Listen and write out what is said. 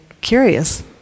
curious